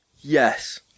Yes